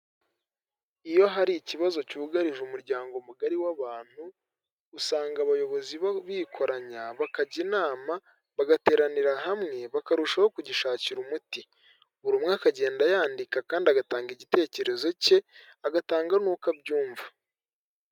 Iyo hari ikibazo cyugarije umuryango mugari w'abantu usanga abayobozi bo bikoranya bakajya inama bagateranira hamwe bakarushaho kugishakira umuti buri umwe akagenda yandika kandi agatanga igitekerezo cye agatanga n'uko abyumva.